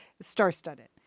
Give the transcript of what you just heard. star-studded